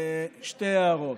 שתי הערות: